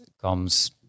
comes